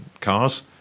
cars